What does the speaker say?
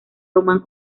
román